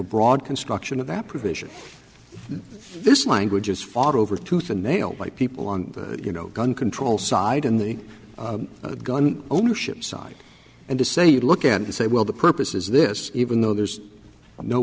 a broad construction of that provision this language is fought over tooth and nail by people on the you know gun control side in the gun ownership side and to say you look at it and say well the purpose is this even though there's no